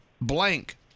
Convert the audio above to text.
blank